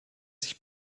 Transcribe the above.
sich